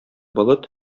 болыт